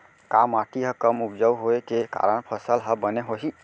का माटी हा कम उपजाऊ होये के कारण फसल हा बने होही?